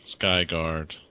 Skyguard